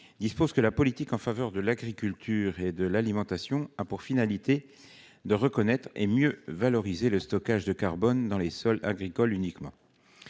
dispose que la politique en faveur de l'agriculture et de l'alimentation a pour finalité de reconnaître et mieux valoriser le stockage de carbone dans les sols agricoles. Cet